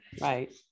Right